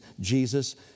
Jesus